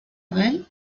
abel